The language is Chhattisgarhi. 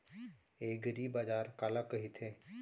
एगरीबाजार काला कहिथे?